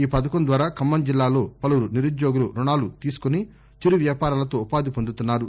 ఈ పథకం ద్వారా ఖమ్మం జిల్లాలో పలువురు నిరుద్యోగులు రుణాలు తీసుకుని చిరు వ్యాపారాలతో ఉపాధి పొందుతున్నారు